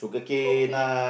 kopi